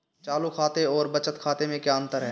चालू खाते और बचत खाते में क्या अंतर है?